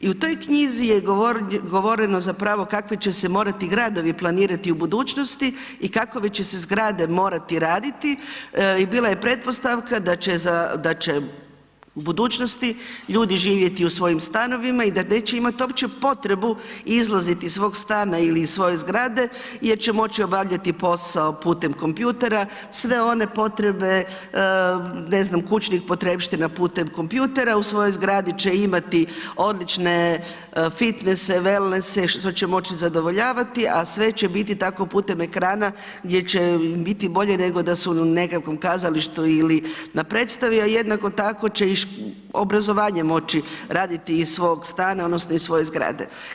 I u toj knjizi je govoreno zapravo kakvi će se morati gradovi planirati u budućnosti i kakve će se zgrade morati raditi i bila je pretpostavka da će u budućnosti ljudi živjeti u svojim stanovima i da neće imat uopće potrebu izlaziti iz svog stana ili iz svoje zgrade jer će moći obavljati posao putem kompjutera, sve one potrebe, ne znam, kućnih potrepština putem kompjutera, u svojoj zgradi će imati odlične fitnesse, wellnesse što će moći zadovoljavati a sve će biti tako putem ekrana gdje će im biti bolje nego da su u nekakvom kazalištu ili na predstavi a jednako tako će i obrazovanje moći raditi iz svog stana odnosno iz svoje zgrade.